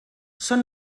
són